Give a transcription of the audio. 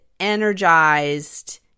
Energized